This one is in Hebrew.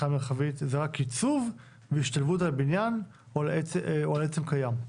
מרחבית זה רק עיצוב והשתלבות על הבנין או על עצם קיים.